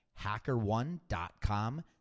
HackerOne.com